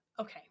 Okay